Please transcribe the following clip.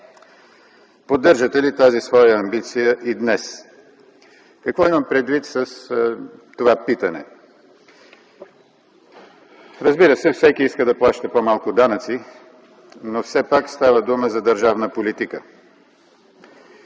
Поддържате ли тази своя амбиция и днес?” Какво имам предвид с това питане? Разбира се, всеки иска да плаща по-малко данъци, но става дума за държавна политика.